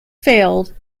failed